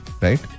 right